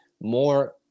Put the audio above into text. more